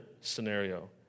scenario